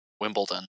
Wimbledon